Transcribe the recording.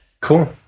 cool